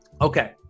Okay